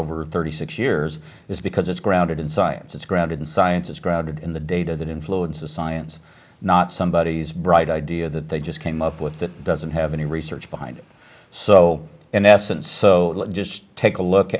over thirty six years is because it's grounded in science it's grounded in science it's grounded in the data that influences science not somebody is bright idea that they just came up with it doesn't have any research behind it so in essence so just take a look